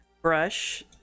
brush